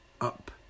up